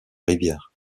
rivière